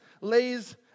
lays